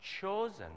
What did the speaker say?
chosen